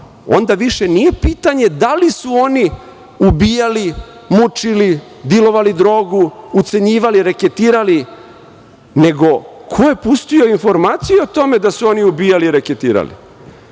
onda više nije pitanje da li su oni ubijali, mučili, dilovali drogu, ucenjivali, reketirali, nego ko je pustio informaciju o tome da su oni ubijali i reketirali.